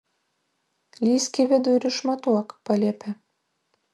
lįsk į vidų ir išmatuok paliepia